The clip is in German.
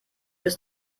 bis